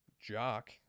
jock